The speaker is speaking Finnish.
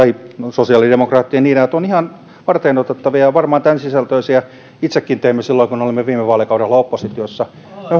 sosiaalidemokraattien ideat ovat ihan varteenotettavia ja varmaan tämänsisältöisiä itsekin teimme silloin kun olimme viime vaalikaudella oppositiossa